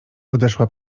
odeszła